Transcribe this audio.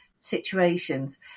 situations